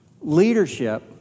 leadership